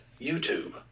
YouTube